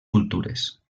cultures